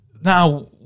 Now